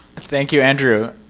thank you, andrew.